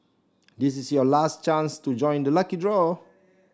this is your last chance to join the lucky draw